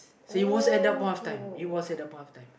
so it was at that point of time